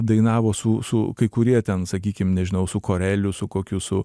dainavo su su kai kurie ten sakykim nežinau su koreliu su kokiu su